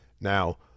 Now